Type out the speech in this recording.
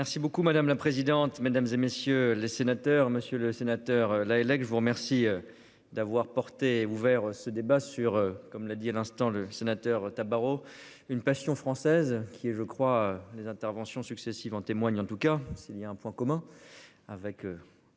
Merci beaucoup madame la présidente, mesdames et messieurs les sénateurs, Monsieur le Sénateur Lahellec je vous remercie. D'avoir porté ouvert ce débat sur, comme l'a dit à l'instant le sénateur Tabarot une passion française qui est je crois les interventions successives en témoigne en tout cas s'il y a un point commun. Avec.